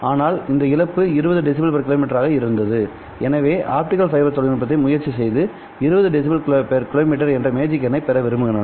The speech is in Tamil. ஆனால் இதில் இழப்பு 20 dB km ஆக இருந்தது எனவே ஆப்டிகல் பைபர் தொழில்நுட்பத்தை முயற்சி செய்து 20 dB km என்ற மேஜிக் எண்ணைப் பெற விரும்புகின்றனர்